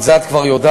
את זה את כבר יודעת.